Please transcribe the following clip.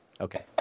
Okay